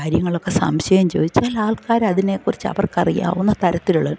കാര്യങ്ങളൊക്കെ സംശയം ചോദിച്ചാൽ ആൾക്കാർ അതിനെക്കുറിച്ച് അവർക്ക് അറിയാവുന്ന തരത്തിലുള്ളത്